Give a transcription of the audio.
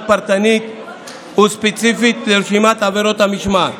פרטנית וספציפית לרשימת עבירות המשמעת